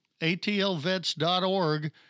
atlvets.org